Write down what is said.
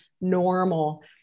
normal